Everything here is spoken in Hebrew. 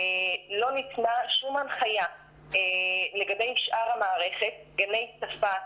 לא ניתנה שום הנחיה לגבי שאר המערכת גני שפה,